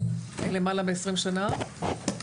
למעלה מעשרים שנה.